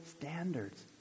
standards